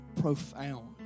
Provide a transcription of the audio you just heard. profound